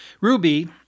Ruby